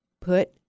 put